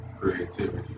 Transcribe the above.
creativity